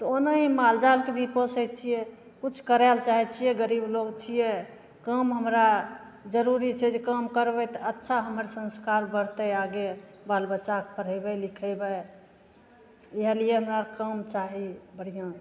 ओनाहि मालजालके भी पोसै छिए किछु करैले चाहै छिए गरीब लोक छिए काम हमरा जरूरी छै जे काम करबै तऽ अच्छा हमर संस्कार बढ़तै आगे बाल बच्चाके पढ़ेबै लिखेबै इएहलिए हमरा काम चाही बढ़िआँ